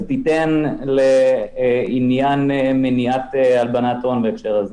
עולם הארנקים האלקטרוניים.